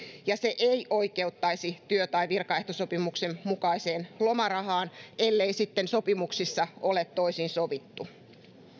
ja se ei oikeuttaisi työ tai virkaehtosopimuksen mukaiseen lomarahaan ellei sitten sopimuksissa ole toisin sovittu